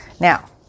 Now